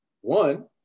One